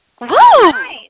Woo